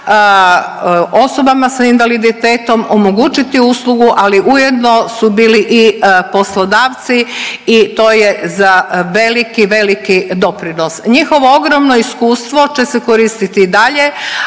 osobama sa invaliditetom omogućiti uslugu, ali ujedno su bili i poslodavci i to je za veliki, veliki doprinos. Njihovo ogromno iskustvo će se koristiti i dalje,